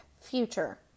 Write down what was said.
future